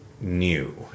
New